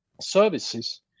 services